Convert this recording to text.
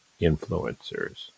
influencers